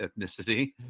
ethnicity